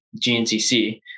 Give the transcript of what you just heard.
GNCC